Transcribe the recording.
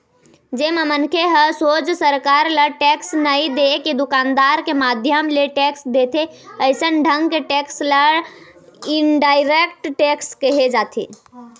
जेमा मनखे ह सोझ सरकार ल टेक्स नई देके दुकानदार के माध्यम ले टेक्स देथे अइसन ढंग के टेक्स ल इनडायरेक्ट टेक्स केहे जाथे